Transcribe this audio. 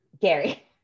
Gary